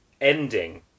ending